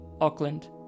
Auckland